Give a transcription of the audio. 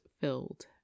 filled